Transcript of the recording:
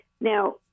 Now